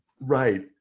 Right